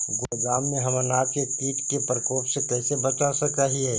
गोदाम में हम अनाज के किट के प्रकोप से कैसे बचा सक हिय?